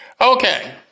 Okay